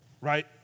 Right